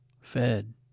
fed